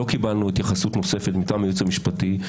לא קיבלנו התייחסות נוספת מטעם היועץ המשפטי.